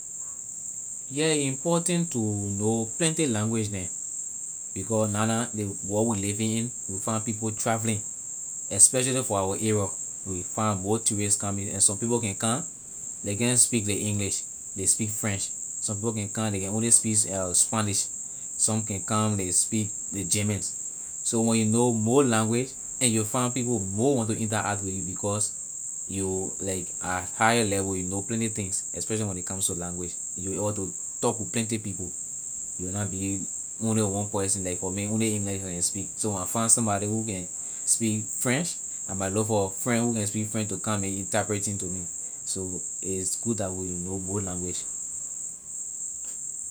Yeah a important to know plenty language neh because na na ley world we living in you find people traveling especially for our area you will find more tourist coming and some people can come ley can’t speak ley english ley speak french some people can come ley can only speak spanish some can come ley speak ley german so when you know more language and you will find people more want to interact with you because you like at higher level you know plenty things especially when a comes to language you will be able to talk to plenty people you will na be only one person like for me only english I can speak so when I find somebody who can speak french I might look for friend who can speak french to come be interpreting to me. so it’s good that we know more language.